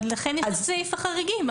לכן יש את סעיף החריגים.